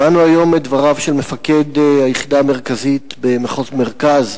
שמענו היום את דבריו של מפקד היחידה המרכזית במחוז מרכז,